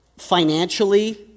financially